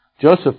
Joseph